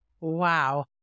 Wow